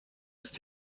ist